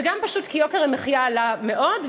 וגם פשוט כי יוקר המחיה עלה מאוד,